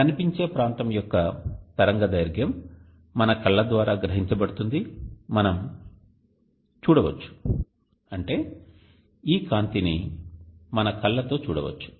కనిపించే ప్రాంతం యొక్క తరంగదైర్ఘ్యం మన కళ్ళ ద్వారా గ్రహించబడుతుంది మరియు మనం చూడవచ్చు అంటే ఈ కాంతిని మన కళ్ళతో చూడ వచ్చు